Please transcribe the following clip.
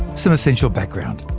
some essential background.